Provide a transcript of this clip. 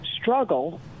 struggle